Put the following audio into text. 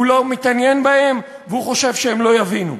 הוא לא מתעניין בהם והוא חושב שהם לא יבינו.